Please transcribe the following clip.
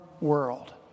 world